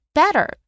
better